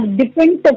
different